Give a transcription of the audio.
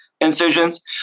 incisions